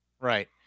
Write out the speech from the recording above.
Right